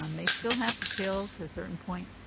um they still have to chill to a certain point,